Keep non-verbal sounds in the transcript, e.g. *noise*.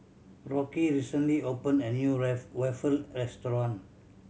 Rocky recently opened a new *unintelligible* waffle restaurant